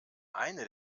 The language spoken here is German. eine